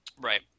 Right